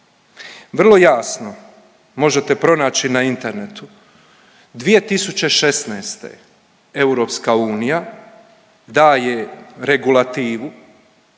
Vrlo jasno možete pronaći na internetu 2016. EU daje regulativu